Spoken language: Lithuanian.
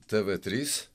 tv trys